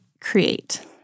create